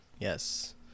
Yes